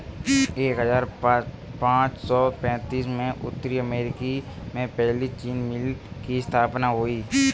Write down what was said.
एक हजार पाँच सौ पैतीस में उत्तरी अमेरिकी में पहली चीनी मिल की स्थापना हुई